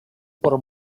por